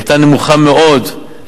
היתה נמוכה מאוד,